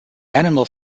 animal